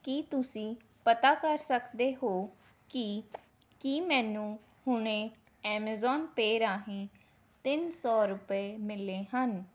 ਕੀ ਤੁਸੀਂਂ ਪਤਾ ਕਰ ਸਕਦੇ ਹੋ ਕਿ ਕੀ ਮੈਨੂੰ ਹੁਣੇ ਐਮਾਜ਼ੋਨ ਪੇਅ ਰਾਹੀਂ ਤਿੰਨ ਸੌ ਰੁਪਏ ਮਿਲੇ ਹਨ